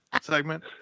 Segment